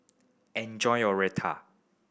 enjoy your Raita